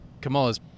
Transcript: kamala's